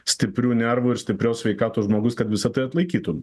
stiprių nervų ir stiprios sveikatos žmogus kad visa tai atlaikytum